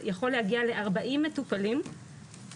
יכול להגיע לארבעים מטופלים,